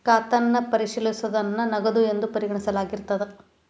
ಖಾತನ್ನ ಪರಿಶೇಲಿಸೋದನ್ನ ನಗದು ಎಂದು ಪರಿಗಣಿಸಲಾಗಿರ್ತದ